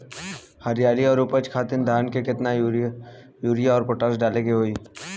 हरियाली और उपज खातिर धान में केतना यूरिया और पोटाश डाले के होई?